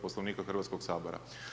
Poslovnika Hrvatskog sabora.